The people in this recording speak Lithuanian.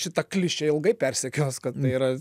šita klišė ilgai persekios kad tai yra